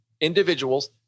individuals